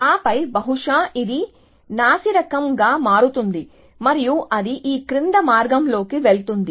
ఆపై బహుశా ఇది నాసిరకం గా మారుతుంది మరియు అది ఈ క్రింది మార్గంలోకి వెళ్తుంది